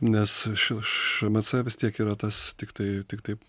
nes š šmc vis tiek yra tas tiktai tiktai